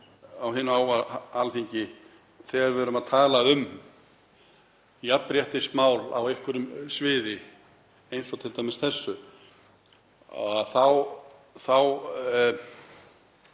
á hinu háa Alþingi, þegar við erum að tala um jafnréttismál á einhverju sviði eins og t.d. þessu, að